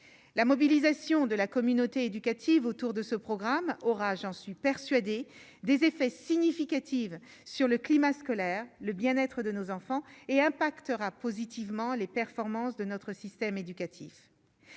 la mobilisation de la communauté éducative autour de ce programme aura, j'en suis persuadé des effets significatifs sur le climat scolaire le bien-être de nos enfants et impactera positivement les performances de notre système éducatif,